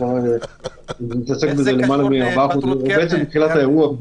ואני מתעסק בזה מתחילת האירוע.